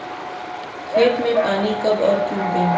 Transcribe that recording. खेत में पानी कब और क्यों दें?